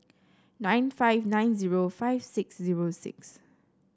nine five nine zero five six zero six